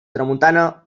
tramuntana